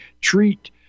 treat